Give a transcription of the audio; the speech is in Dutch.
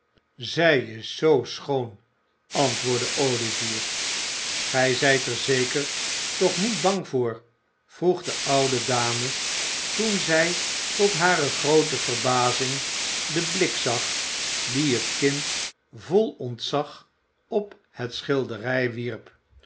zij is zoo schoon antwoordde olivier gij zijt er zeker toch niet bang voor vroeg de oude dame toen zij tot hare groote verbazing den blik zag dien het kind vol ontzag op de schilderij wierp